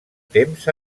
temps